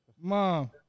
Mom